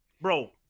Bro